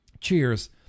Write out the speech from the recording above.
Cheers